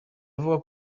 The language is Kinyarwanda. avuga